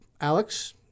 Alex